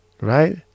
right